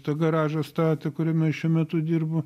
tą garažą statė kuriame aš šiuo metu dirbu